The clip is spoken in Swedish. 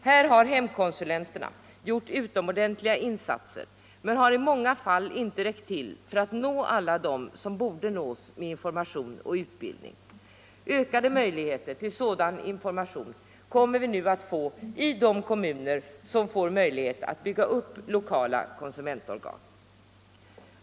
Här har hemkonsulenterna gjort utomordentliga insatser, men de har i många fall inte räckt till för att nå alla dem som borde nås med information och utbildning. Ökade möjligheter till sådan information kommer vi nu att få i de kommuner som får tillfälle att bygga upp lokala konsumentorgan.